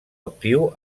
actiu